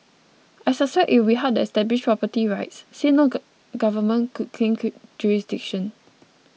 I suspect it would be hard to establish property rights since no jurisdiction